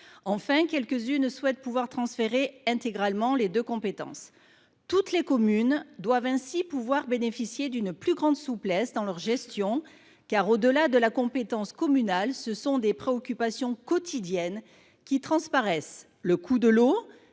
Enfin, quelques unes souhaitent transférer intégralement les deux compétences. Toutes les communes doivent ainsi pouvoir bénéficier d’une plus grande souplesse dans leur gestion, car, au delà de la compétence communale, des préoccupations quotidiennes transparaissent : le coût de l’eau,